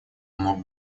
мог